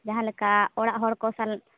ᱡᱟᱦᱟᱸ ᱞᱮᱠᱟ ᱚᱲᱟᱜ ᱦᱚᱲ ᱠᱚ ᱥᱟᱞᱟᱜ